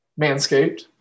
Manscaped